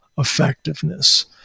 effectiveness